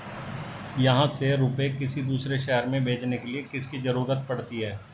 यहाँ से रुपये किसी दूसरे शहर में भेजने के लिए किसकी जरूरत पड़ती है?